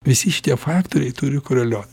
visi šitie faktoriai turi koreliuoti